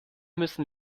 müssen